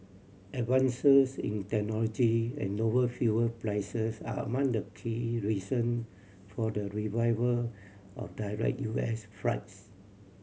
advances in technology and lower fuel prices are among the key reason for the revival of direct U S flights